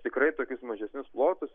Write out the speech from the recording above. tikrai tokius mažesnius plotus